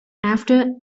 after